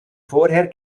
vorher